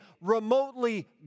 remotely